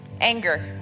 anger